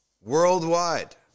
Worldwide